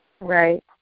Right